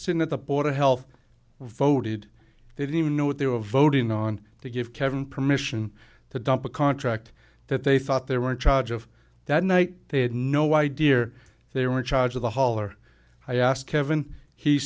sitting at the board of health voted they didn't even know what they were voting on to give kevin permission to dump a contract that they thought they were in charge of that night they had no idea they were in charge of the hall or i asked kevin he